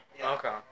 Okay